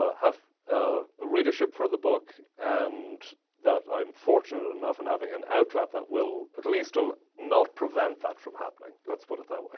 ah have a readership for the book and that i'm fortunate enough in having an outlet that at least will not prevent that from happening, let's put it that way,